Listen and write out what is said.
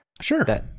Sure